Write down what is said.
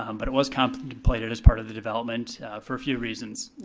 um but it was contemplated as part of the development for a few reasons.